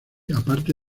aparte